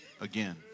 again